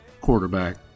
quarterback